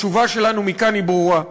התשובה שלנו מכאן היא ברורה: